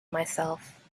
myself